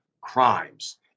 crimes